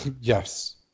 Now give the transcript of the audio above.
Yes